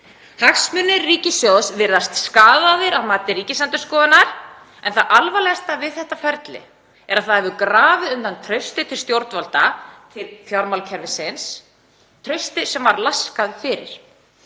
Hagsmunir ríkissjóðs virðast skaðaðir að mati Ríkisendurskoðunar en það alvarlegasta við þetta ferli er að það hefur grafið undan trausti til stjórnvalda og til fjármálakerfisins, trausti sem var laskað fyrir.